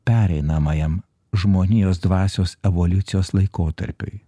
pereinamajam žmonijos dvasios evoliucijos laikotarpiui